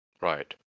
Right